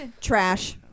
Trash